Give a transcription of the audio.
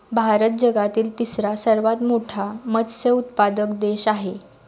भारत जगातील तिसरा सर्वात मोठा मत्स्य उत्पादक देश आहे